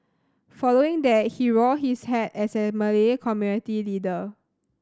following that he wore his hat as a Malay community leader